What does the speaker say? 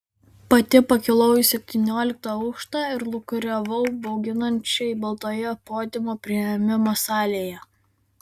pati pakilau į septynioliktą aukštą ir lūkuriavau bauginančiai baltoje podiumo priėmimo salėje